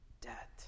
debt